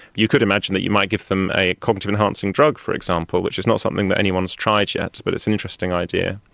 you could imagine that you might give them a cognitive enhancing drug, for example, which is not something that anyone has tried yet but it's an interesting idea.